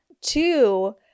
Two